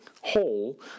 hole